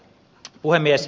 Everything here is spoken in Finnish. puhemies